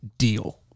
deal